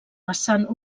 vessant